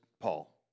Paul